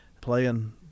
playing